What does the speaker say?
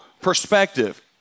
perspective